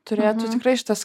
turėtų tikrai šitas